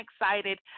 excited